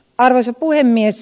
arvoisa puhemies